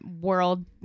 world